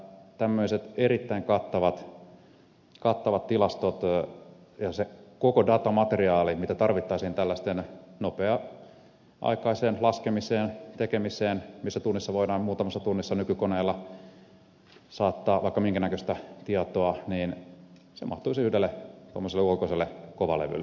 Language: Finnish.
tämmöiset erittäin kattavat tilastot ja se koko datamateriaali mitä tarvittaisiin tällaiseen nopea aikaiseen laskemiseen tekemiseen missä muutamassa tunnissa voidaan nykykoneilla saada vaikka minkänäköistä tietoa mahtuisi tuommoiselle ulkoiselle kovalevylle ihan kevyesti